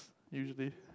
usually